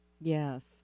Yes